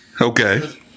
Okay